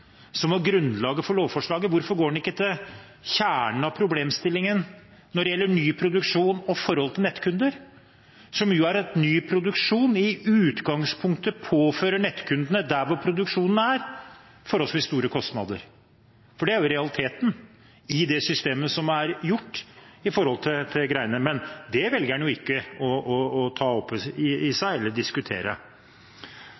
som var grunnlaget for lovforslaget, hvorfor går han ikke til kjernen av problemstillingen når det gjelder ny produksjon og forholdet til nettkunder, som jo er at ny produksjon i utgangspunktet påfører nettkundene der hvor produksjonen er, forholdsvis store kostnader? For det er jo realiteten i det systemet som er laget i forhold til dette, men det velger han jo ikke å ta opp eller diskutere. Det er løse påstander, det er manglende fakta i